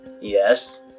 Yes